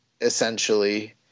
essentially –